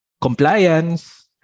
compliance